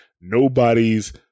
nobody's